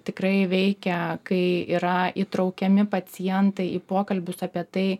tikrai veikia kai yra įtraukiami pacientai į pokalbius apie tai